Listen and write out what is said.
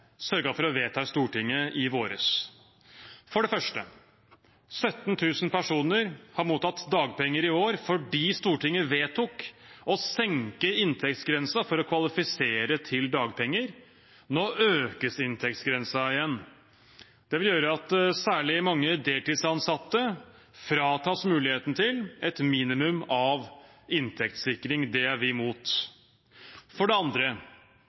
for å vedta i Stortinget i vår. For det første: 17 000 personer har mottatt dagpenger i år fordi Stortinget vedtok å senke inntektsgrensen for å kvalifisere til dagpenger. Nå økes inntektsgrensen igjen. Det vil gjøre at særlig mange deltidsansatte fratas muligheten til et minimum av inntektssikring. Det er vi imot. For det andre: